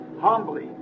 humbly